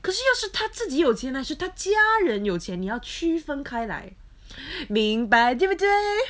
可是要是她自己有钱还是她家人有钱你要区分开来明白对不对